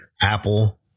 Apple